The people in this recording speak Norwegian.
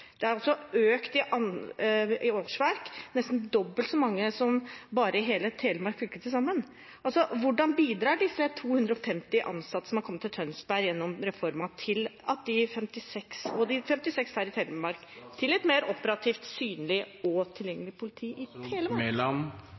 har altså økt antall årsverk – nesten dobbelt så mange som i hele Telemark fylke til sammen. Hvordan bidrar disse 250 ansatte, som er kommet til Tønsberg gjennom reformen, til at det, i og med at det er 56 færre i Telemark, blir et litt mer operativt synlig og tilgjengelig politi i